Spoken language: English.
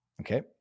Okay